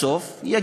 אנשים?